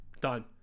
done